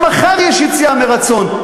גם מחר יש יציאה מרצון.